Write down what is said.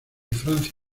francia